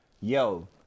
Yo